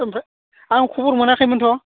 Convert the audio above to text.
ओमफ्राय आं खबर मोनाखैमोनथ'